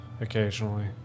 occasionally